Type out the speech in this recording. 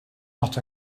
not